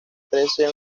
trece